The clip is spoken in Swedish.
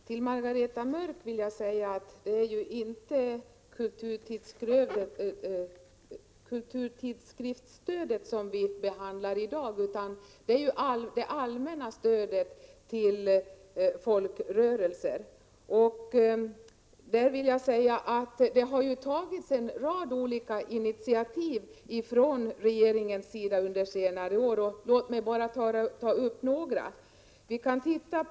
Fru talman! Till Margareta Mörck vill jag säga att det ju inte är kulturtidskriftsstödet som vi behandlar i dag utan det allmänna stödet till folkrörelser. Det har under senare år tagits en rad olika initiativ från regeringens sida — låt mig bara anföra några.